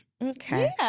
Okay